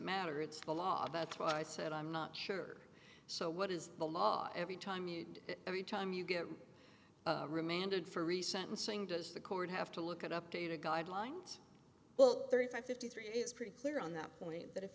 matter it's the law that's what i said i'm not sure so what is the law every time you every time you get remanded for resentencing does the court have to look at up to you to guidelines well thirty five fifty three is pretty clear on that point that if